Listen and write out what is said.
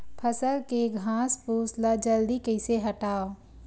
फसल के घासफुस ल जल्दी कइसे हटाव?